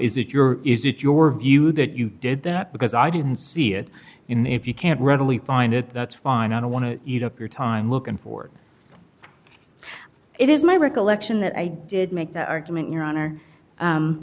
it your is it your view that you did that because i didn't see it in if you can't readily find it that's fine i don't want to eat up your time looking for it is my recollection that i did make the argument your honor